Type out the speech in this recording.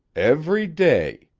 every day,